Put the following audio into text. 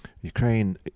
Ukraine